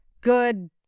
good